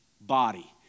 body